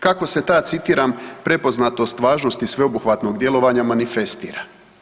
Kako se ta citiram prepoznatost važnosti sveobuhvatnog djelovanja manifestira?